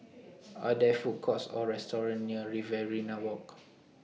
Are There Food Courts Or restaurants near Riverina Walk